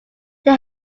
they